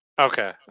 Okay